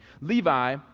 Levi